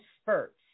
spurts